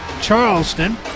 Charleston